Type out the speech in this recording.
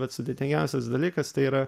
bet sudėtingiausias dalykas tai yra